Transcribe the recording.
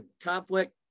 conflict